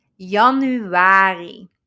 Januari